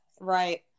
right